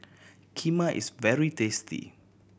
kheema is very tasty